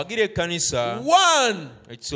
one